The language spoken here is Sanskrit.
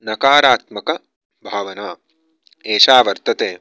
नकारात्मकभावना एषा वर्तते